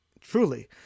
Truly